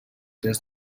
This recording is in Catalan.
des